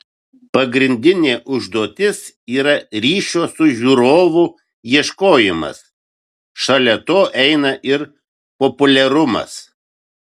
pagrindinė užduotis yra ryšio su žiūrovu ieškojimas šalia to eina ir populiarumas